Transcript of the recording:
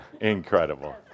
Incredible